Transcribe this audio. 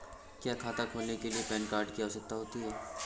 क्या खाता खोलने के लिए पैन कार्ड की आवश्यकता होती है?